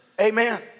Amen